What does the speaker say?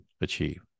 achieve